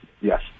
yes